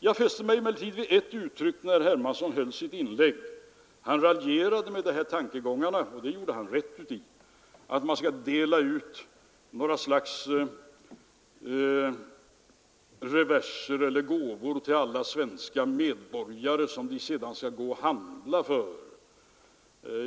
Jag fäste mig emellertid vid ett uttryck i herr Hermanssons inlägg. Han raljerade med tankegången — det gjorde han rätt i — att man skall dela ut några slags reverser eller gåvor till alla svenska medborgare, som de sedan skall handla för.